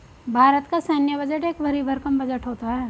भारत का सैन्य बजट एक भरी भरकम बजट होता है